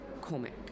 comic